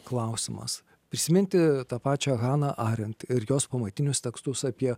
klausimas prisiminti tą pačią haną arent ir jos pamatinius tekstus apie